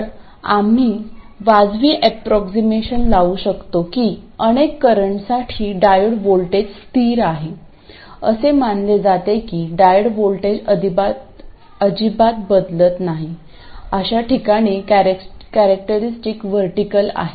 तर आम्ही वाजवी ऍप्रॉक्सीमेशन लावू शकतो की अनेक करंटसाठी डायोड व्होल्टेज स्थिर आहे असे मानले जाते की डायोड व्होल्टेज अजिबात बदलत नाही अशा ठिकाणी कॅरेक्टरिस्टिक वर्टीकल आहे